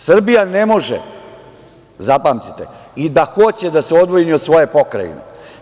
Srbija ne može, zapamtite, i da hoće da se odvoji od svoje pokrajine.